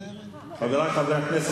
חברי חברי הכנסת,